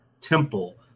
Temple